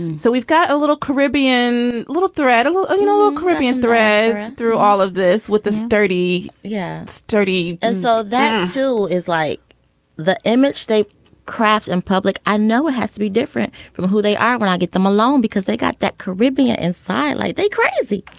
so we've got a little caribbean little thread a little um ah caribbean thread through all of this with the sturdy yet sturdy and so then still is like the image they craft in public. i know it has to be different from who they are when i get them alone because they've got that caribbean inside like they crazy.